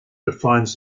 defines